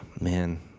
man